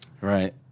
Right